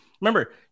Remember